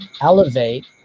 elevate